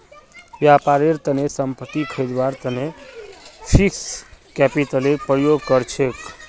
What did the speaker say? व्यापारेर तने संपत्ति खरीदवार तने फिक्स्ड कैपितलेर प्रयोग कर छेक